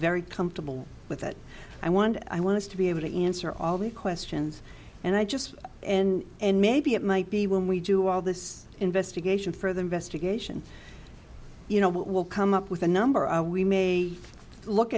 very comfortable with that i want i want us to be able to answer all the questions and i just and and maybe it might be when we do all this investigation further investigation you know what will come up with a number of we may look